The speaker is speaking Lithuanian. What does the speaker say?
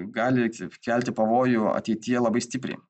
gali kelti pavojų ateityje labai stipriai